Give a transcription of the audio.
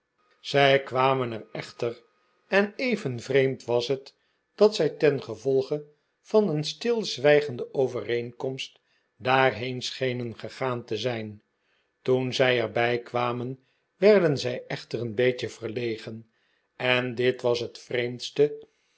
zij kwamen er echter en even vreemd was het dat zij tengevolge van een stilzwijgende overeenkomst daarheen schenen gegaan te zijn toen zij er bij kwamen werden zij echter een beetje verlegen en dit was het vreemdste